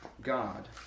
God